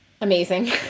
amazing